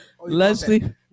Leslie